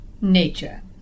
nature